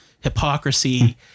hypocrisy